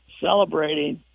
celebrating